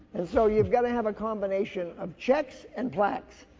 and so you've gotta have a combination of checks and plaques.